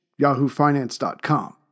yahoofinance.com